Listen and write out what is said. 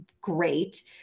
great